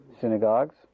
synagogues